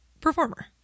performer